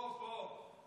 פה, פה.